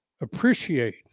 appreciate